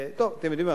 טוב, אתם יודעים מה?